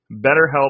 BetterHelp